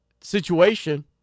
situation